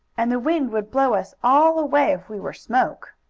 and the wind would blow us all away, if we were smoke.